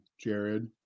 Jared